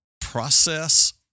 process